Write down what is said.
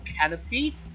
canopy